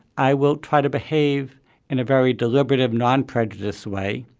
i will try to behave in a very deliberative non-prejudiced way.